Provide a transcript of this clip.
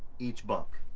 each bunk.